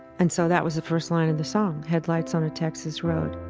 and so that was the first line of the song headlights on a texas road.